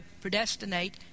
predestinate